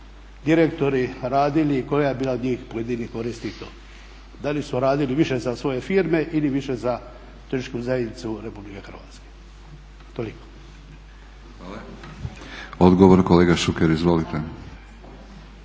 direktori radili i koja je bila od njih pojedinih koristi i to. Da li su radili više za svoje firme ili više za turističku zajednicu RH? Toliko. **Batinić, Milorad (HNS)** Hvala. Odgovor kolega Šuker. Izvolite.